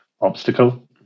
obstacle